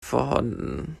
vorhanden